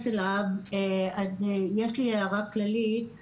צוהריים טובים לכולם, אני